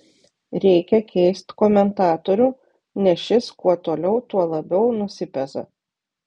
reikia keist komentatorių nes šis kuo toliau tuo labiau nusipeza